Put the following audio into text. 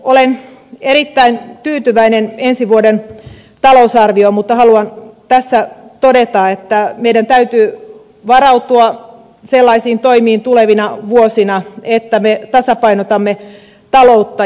olen erittäin tyytyväinen ensi vuoden talousarvioon mutta haluan tässä todeta että meidän täytyy varautua sellaisiin toimiin tulevina vuosina että me tasapainotamme taloutta